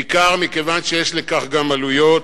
בעיקר מכיוון שיש לכך גם עלויות.